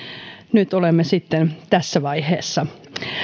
nyt olemme sitten tässä vaiheessa